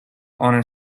honor